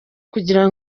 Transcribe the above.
kugira